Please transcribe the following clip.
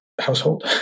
household